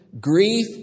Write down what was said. Grief